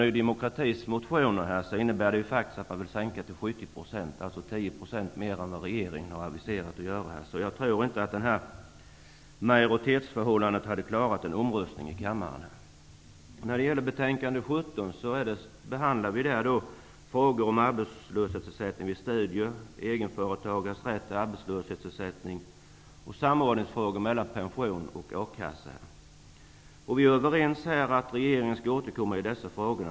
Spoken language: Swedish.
Ny demokratis motioner innehåller förslag om att sänka ersättningsnivån till 70 %, dvs. en sänkning som är 10 % större än den som regeringen har aviserat. Därför tror jag inte att detta majoritetsförhållande hade klarat en omröstning i kammaren. I betänkande AU17 behandlas frågor om arbetslöshetsersättning vid studier, egenföretagares rätt till arbetslöshetsersättning och samordningsfrågor mellan pension och a-kassa. Vi är överens om att regeringen skall återkomma i dessa frågor.